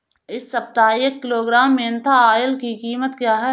इस सप्ताह एक किलोग्राम मेन्था ऑइल की कीमत क्या है?